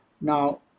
Now